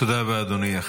תודה רבה, אדוני.